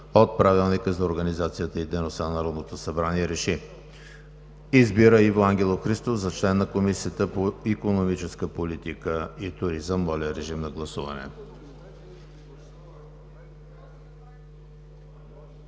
от Правилника за организацията и дейността на Народното събрание РЕШИ: Избира Иво Ангелов Христов за член на Комисията по икономическа политика и туризъм.“ Моля, режим на гласуване.